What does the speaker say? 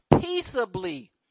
peaceably